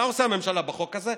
מה עושה הממשלה בחוק הזה?